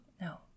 No